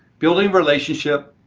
building relationship,